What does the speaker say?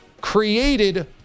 created